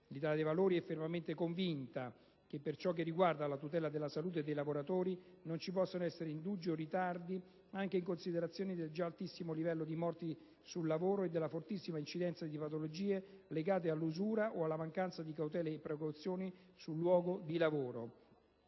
L'Italia dei Valori è fermamente convinta che, per ciò che riguarda la tutela della salute dei lavoratori, non ci possano essere indugi o ritardi, anche in considerazione del già altissimo livello di morti sul lavoro e della fortissima incidenza di patologie legate all'usura o alla mancanza di cautele e precauzioni sul luogo di lavoro.